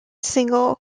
single